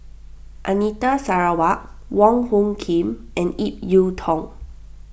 Anita Sarawak Wong Hung Khim and Ip Yiu Tung